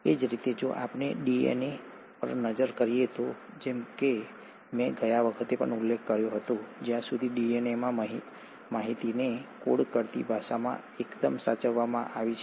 એ જ રીતે જો આપણે ડીએનએ પર નજર કરીએ તો જેમ કે મેં ગયા વખતે પણ ઉલ્લેખ કર્યો હતો જ્યાં સુધી ડીએનએમાં માહિતીને કોડ કરતી ભાષામાં એકદમ સાચવવામાં આવી છે